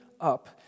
up